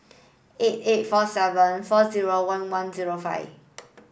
eight eight four seven four zero one one zero five